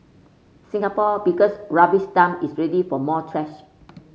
Singapore biggest rubbish dump is ready for more trash